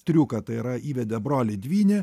triuką tai yra įvedė brolį dvynį